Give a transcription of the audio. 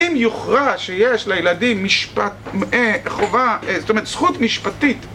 אם יוכרע שיש לילדים משפט, חובה, זאת אומרת, זכות משפטית